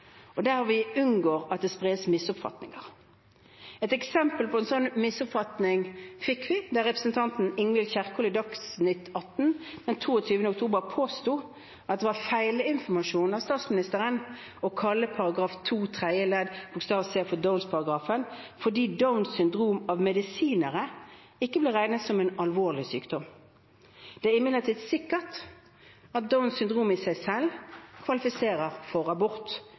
og der vi unngår at det spres misoppfatninger. Et eksempel på en misoppfatning fikk vi da representanten Ingvild Kjerkol i Dagsnytt atten den 22. oktober påsto at det er feilinformasjon av statsministeren å kalle § 2 tredje ledd bokstav c for downs-paragrafen, fordi Downs syndrom av medisinere ikke blir regnet som en alvorlig sykdom. Det er imidlertid sikkert at Downs syndrom i seg selv kvalifiserer for abort,